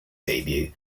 debut